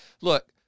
Look